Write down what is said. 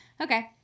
Okay